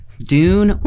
Dune